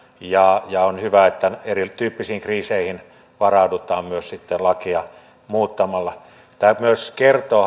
ja ja on hyvä että erityyppisiin kriiseihin varaudutaan myös sitten lakia muuttamalla hallituksen esitys kertoo